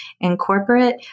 Incorporate